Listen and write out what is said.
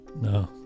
no